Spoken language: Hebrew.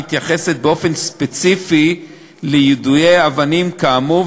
המתייחסת באופן ספציפי ליידוי אבנים כאמור,